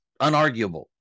unarguable